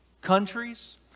countries